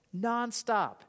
nonstop